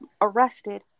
arrested